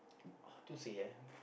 how to say eh